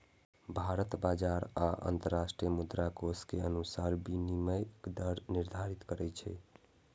भारत बाजार आ अंतरराष्ट्रीय मुद्राकोष के अनुसार विनिमय दर निर्धारित करै छै